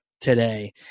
today